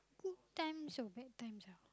good times or bad times ah